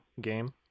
game